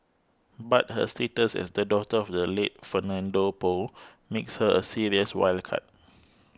but her status as the daughter of the late Fernando Poe makes her a serious wild card